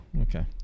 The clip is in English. okay